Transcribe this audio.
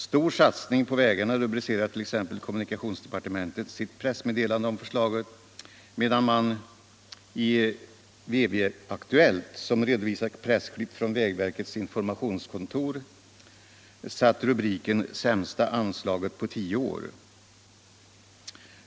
”Stor satsning på vägarna” rubricerar t.ex. kommunikationsdepartementet sitt pressmeddelande om förslagen, medan man i VV-aktuellt — som redovisar pressklipp från vägverkets informationskontor — har satt rubriken ”Sämsta anslaget på 10 år”.